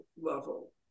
level